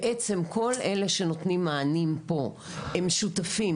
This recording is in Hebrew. בעצם כל אלה שנותנים מענים פה הם שותפים